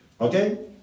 Okay